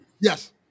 Yes